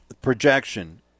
projection